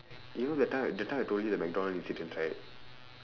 you know that time that time I told you that mcdonald incident right